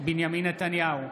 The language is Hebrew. בנימין נתניהו,